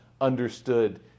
Understood